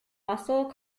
muscle